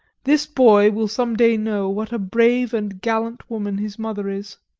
this boy will some day know what a brave and gallant woman his mother is.